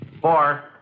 Four